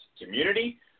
community